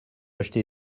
acheter